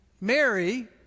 Mary